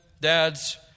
dads